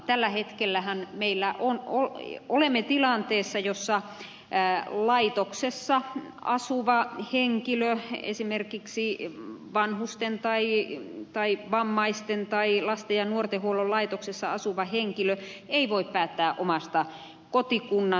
tällä hetkellähän olemme tilanteessa jossa laitoksessa asuva henkilö esimerkiksi vanhusten tai vammaisten tai lasten ja nuortenhuollon laitoksessa asuva henkilö ei voi päättää omasta kotikunnastaan